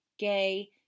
Gay